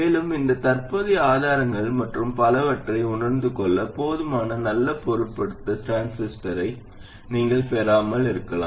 மேலும் இந்த தற்போதைய ஆதாரங்கள் மற்றும் பலவற்றை உணர்ந்துகொள்ள போதுமான நல்ல பொருத்தப்பட்ட டிரான்சிஸ்டரை நீங்கள் பெறாமல் இருக்கலாம்